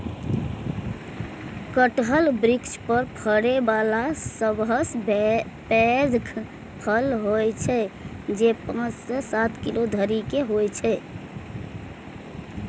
कटहल वृक्ष पर फड़ै बला सबसं पैघ फल होइ छै, जे पांच सं सात किलो धरि के होइ छै